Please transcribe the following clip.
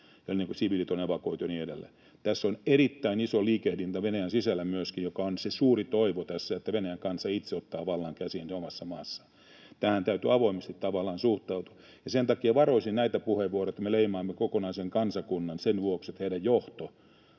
ennen kuin siviilit on evakuoitu, ja niin edelleen. Tässä on erittäin iso liikehdintä Venäjän sisällä myöskin, joka on se suuri toivo tässä: että Venäjän kansa itse ottaa vallan käsiinsä omassa maassaan. Tähän täytyy avoimesti, tavallaan, suhtautua, ja sen takia varoisin näitä puheenvuoroja, että me leimaamme kokonaisen kansakunnan sen vuoksi, että heidän johtonsa